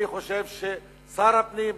אני חושב ששר הפנים,